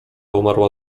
umarła